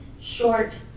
short